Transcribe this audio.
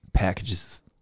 packages